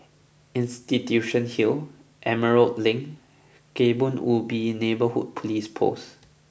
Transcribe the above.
Institution Hill Emerald Link Kebun Ubi Neighbourhood Police Post